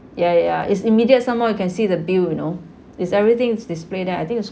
ya ya ya it's immediate some more you can see the bill you know it's everything is display there I think it's